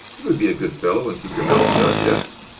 you would be a good fellow and keep your mouth shut, yes?